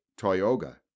Toyoga